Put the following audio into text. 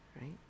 right